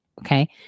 Okay